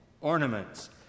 ornaments